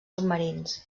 submarins